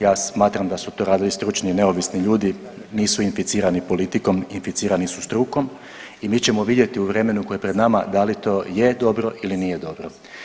Ja smatram da su to radili stručni i neovisni ljudi nisu inficirani politikom, inficirani su strukom i mi ćemo vidjeti u vremenu koje je pred nama da li to je dobro ili nije dobro.